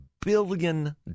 billion